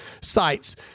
sites